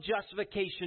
justification